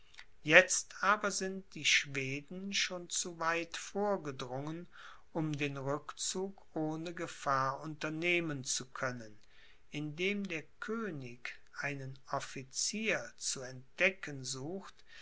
jetzt aber sind die schweden schon zu weit vorgedrungen um den rückzug ohne gefahr unternehmen zu können indem der könig einen officier zu entdecken sucht